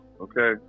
okay